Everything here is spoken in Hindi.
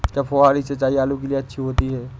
क्या फुहारी सिंचाई आलू के लिए अच्छी होती है?